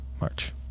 March